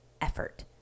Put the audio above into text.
effort